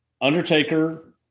Undertaker